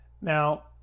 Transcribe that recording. Now